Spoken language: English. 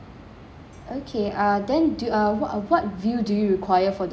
okay uh then do uh what uh what view do you require for this room